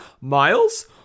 Miles